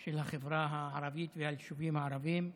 של החברה הערבית והיישובים הערביים.